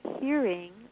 hearing